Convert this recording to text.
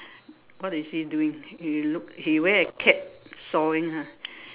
what is he doing you look he wear a cap sawing ha